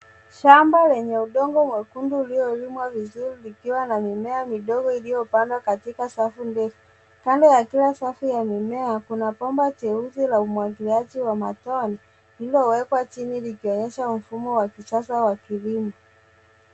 Shamba lenye udongo mwekundu uliolimwa vizuri vikiwa na mimea midogo iliyobana katika safu ndefu. Kando ya kila safu ya mimea, kuna bomba jeusi la umwagiliaji wa matone, lilowekwa chini likionyesha mfumo wa kisasa wa kilimo.